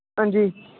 हां जी